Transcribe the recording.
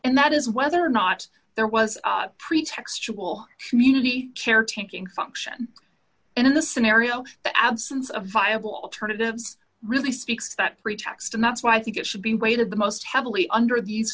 and that is whether or not there was pretextual community care taking function in the scenario the absence of viable alternatives really speaks that pretext and that's why i think it should be weighted the most heavily under